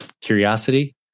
curiosity